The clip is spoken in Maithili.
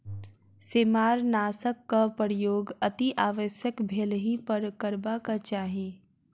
सेमारनाशकक प्रयोग अतिआवश्यक भेलहि पर करबाक चाही